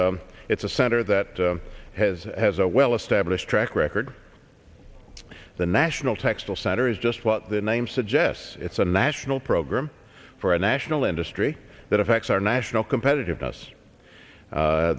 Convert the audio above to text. it's a center that has has a well established track record the national textile center is just what the name suggests it's a national program for a national industry that affects our national competitiveness